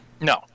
No